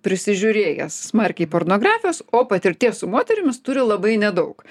prisižiūrėjęs smarkiai pornografijos o patirties su moterimis turi labai nedaug